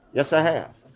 yes, i have,